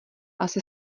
asi